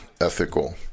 ethical